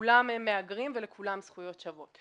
כולם מהגרים וכולם עם זכויות שוות,